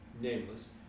nameless